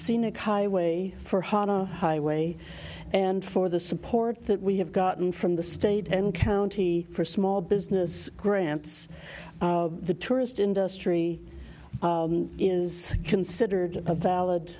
scenic highway for heart our highway and for the support that we have gotten from the state and county for small business grants the tourist industry is considered a valid